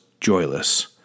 joyless